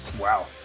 Wow